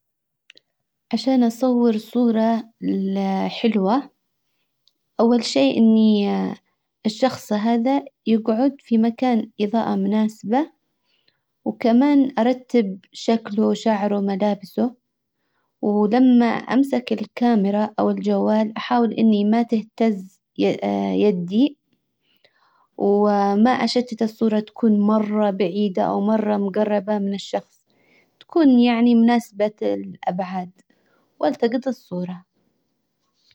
عشان اصور صورة حلوة اول شئ اني الشخص هذا يجعد في مكان اضاءة مناسبة وكمان ارتب شكله وشعره ملابسه ولما امسك الكاميرا او الجوال احاول اني ما تهتز يدي وما اشتت الصورة تكون مرة بعيدة او مرة مجربة من الشخص. تكون يعني مناسبة الابعاد. والتجط الصورة.